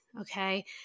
okay